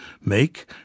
make